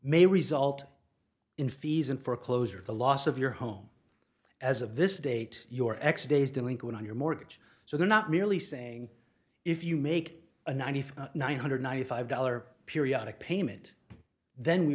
may result in fees and foreclosure the loss of your home as of this date your ex days delinquent on your mortgage so they're not merely saying if you make a ninety five nine hundred ninety five dollars periodic payment then we